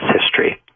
history